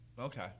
Okay